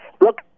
look